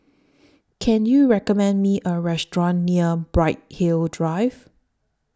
Can YOU recommend Me A Restaurant near Bright Hill Drive